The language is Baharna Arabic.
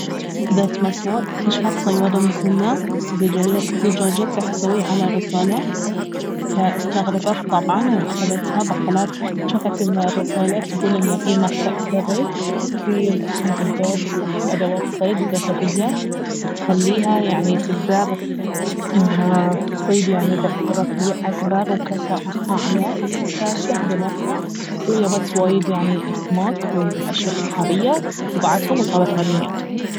ذات مساء اكتشفت صيادة مسنة زج- زجاجة تحتوي على رسالة فاستغربت طبعا واخذتها بطلتها جافت انه الرسالة تقول انه في مخبأ سري فيه معدات وأدوات صيد ذهبية تخليها يعني تقدر انها تصيد يعني باحترافية اكبر وكفاءة اعلى فاستخدمتها ويابت يعني وايد اسماك واشياء بحرية وباعتهم وصارت غنية